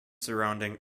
surrounding